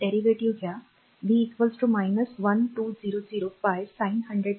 डेरीवेटिवव्युत्पन्न घ्या v 1200 pi sin 100πt